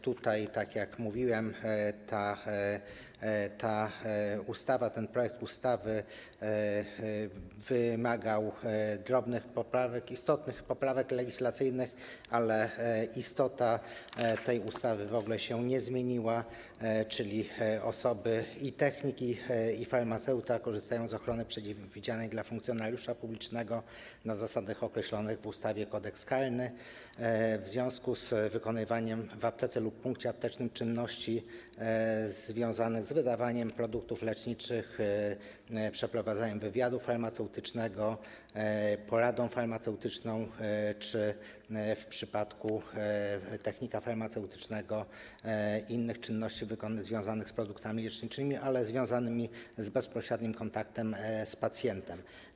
Tak jak mówiłem, ten projekt ustawy wymagał drobnych poprawek, istotnych poprawek legislacyjnych, ale istota tej ustawy w ogóle się nie zmieniła, czyli i technik, i farmaceuta korzystają z ochrony przewidzianej dla funkcjonariusza publicznego na zasadach określonych w ustawie - Kodeks karny w związku z wykonywaniem w aptece lub punkcie aptecznym czynności związanych z wydawaniem produktów leczniczych, przeprowadzaniem wywiadu farmaceutycznego, poradą farmaceutyczną czy, w przypadku technika farmaceutycznego, innych czynności związanych z produktami leczniczymi, ale związanych z bezpośrednim kontaktem z pacjentem.